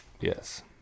yes